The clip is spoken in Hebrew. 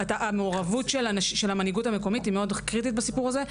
והמעורבות של המנהיגות המקומית היא מאוד קריטית בנושא הזה,